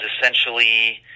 essentially